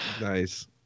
nice